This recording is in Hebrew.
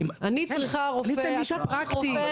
אני צריכה רופא לא יודעת מה,